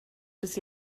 bis